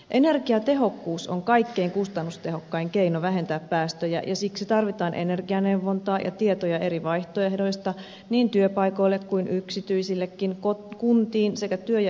energiatehokkuus on kaikkein kustannustehokkain keino vähentää päästöjä ja siksi tarvitaan energianeuvontaa ja tietoja eri vaihtoehdoista niin työpaikoille kuin yksityisillekin kuntiin sekä työ ja elinkeinokeskuksiin